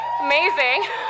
Amazing